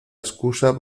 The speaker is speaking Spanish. excusa